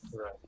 right